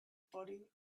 body